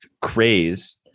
craze